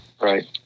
Right